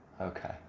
Okay